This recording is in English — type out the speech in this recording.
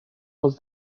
was